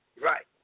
Right